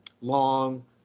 long